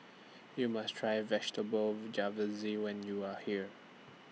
YOU must Try Vegetable when YOU Are here